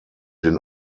den